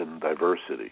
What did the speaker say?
diversity